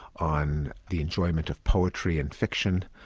on the enjoyment of poetry and fiction,